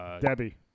Debbie